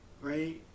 right